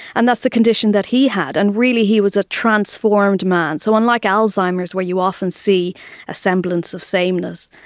and that's the condition that he had. and really he was a transformed man. so unlike alzheimer's where you often see a semblance of sameness,